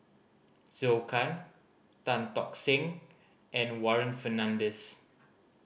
Zhou Can Tan Tock Seng and Warren Fernandez